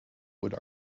wurde